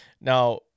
now